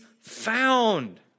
found